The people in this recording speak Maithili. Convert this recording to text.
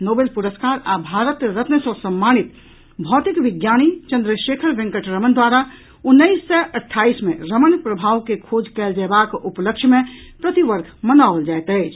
नोबेल पुरस्कार आ भारत रत्न सॅ सम्मानित भौतिक विज्ञानी चन्द्रशेखर वेंकट रमन द्वारा उन्नैस सय अट्ठाईस मे रमन प्रभाव के खोज कयल जयबाक उपलक्ष्य मे प्रति वर्ष मनाओल जायत अछि